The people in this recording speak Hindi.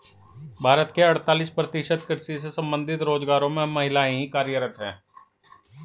भारत के अड़तालीस प्रतिशत कृषि से संबंधित रोजगारों में महिलाएं ही कार्यरत हैं